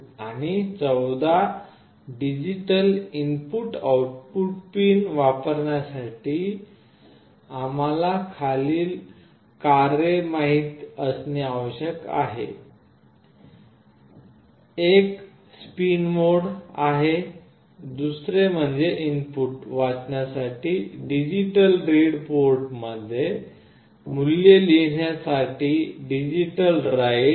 आणि 14 digital input output pin वापरण्यासाठी आम्हाला खालील कार्ये माहित असणे आवश्यक आहे एक स्पिन मोड आहे दुसरे म्हणजे इनपुट वाचण्यासाठी डिजिटल रीड पोर्ट मध्ये मूल्य लिहिण्यासाठी डिजिटल राइट